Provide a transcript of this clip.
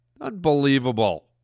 Unbelievable